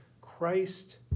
Christ